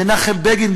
מנחם בגין,